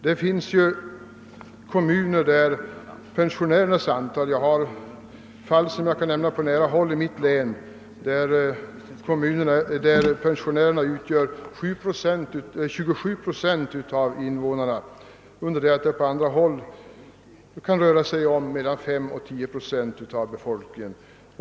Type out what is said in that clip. Det finns kommuner där pensionärerna utgör 27 procent av invånarna — jag har exempel på det från mitt län — under det att pensionärerna i andra kommuner kan utgöra 5 å 10 procent av befolkningen.